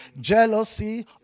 jealousy